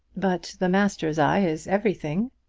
but the master's eye is everything.